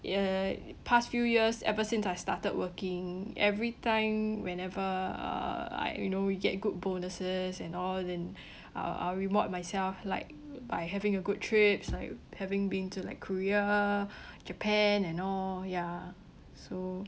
uh past few years ever since I started working every time whenever uh I you know we get good bonuses and all then uh I'll reward myself like by having a good trips like having been to like korea japan and all ya so